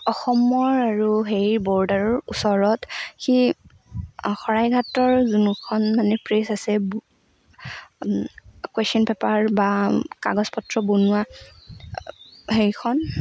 অসমৰ আৰু হেৰিৰ বৰ্ডাৰৰ ওচৰত সি শৰাইঘাটৰ যোনখন মানে প্ৰেছ আছে কোৱেশ্বন পেপাৰ বা কাগজ পত্ৰ বনোৱা সেইখন